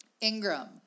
Ingram